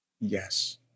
Yes